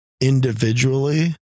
individually